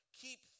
keep